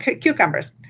cucumbers